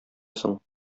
соң